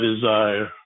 desire